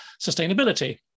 sustainability